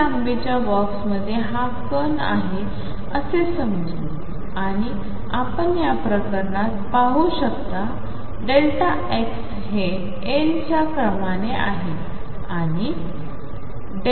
लांबीच्या बॉक्समध्ये हा कण आहे असे समजू आणि आपण या प्रकरणात पाहू शकता Δx हे L च्या क्रमाने आहे